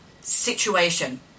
situation